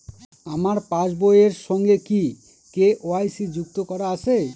আমার পাসবই এর সঙ্গে কি কে.ওয়াই.সি যুক্ত করা আছে?